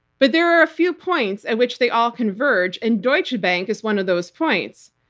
but there are a few points at which they all converge, and deutsche bank is one of those points.